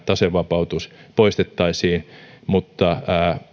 tasevapautus poistettaisiin mutta